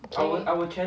okay